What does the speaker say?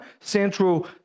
central